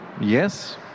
yes